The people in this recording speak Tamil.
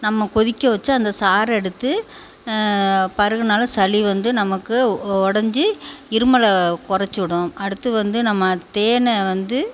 நம்ம கொதிக்க வச்சு அந்த சாறை எடுத்து பருகினாலும் சளி வந்து நமக்கு ஒ ஒடஞ்சு இருமலை குறச்சிடும் அடுத்து வந்து நம்ம தேனை வந்து